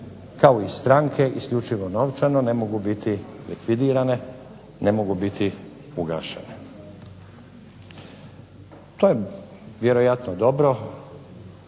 kao i stranke isključivo novčano, ne mogu biti likvidirane, ne mogu biti ugašene. To je vjerojatno dobro